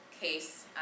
case